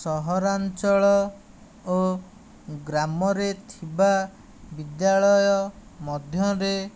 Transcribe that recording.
ସହରାଞ୍ଚଳ ଓ ଗ୍ରାମରେ ଥିବା ବିଦ୍ୟାଳୟ ମଧ୍ୟରେ